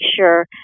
sure